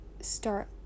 start